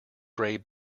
grey